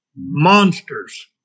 monsters